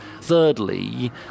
thirdly